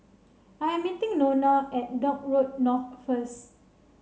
I am meeting Nona at Dock Road North first